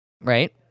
right